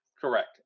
Correct